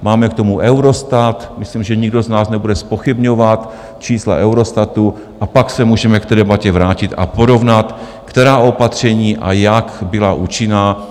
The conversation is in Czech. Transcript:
Máme k tomu Eurostat, myslím, že nikdo z nás nebude zpochybňovat čísla Eurostatu, a pak se můžeme k té debatě vrátit a porovnat, která opatření a jak byla účinná.